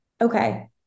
okay